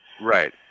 Right